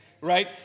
right